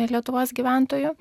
lietuvos gyventojų